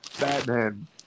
Batman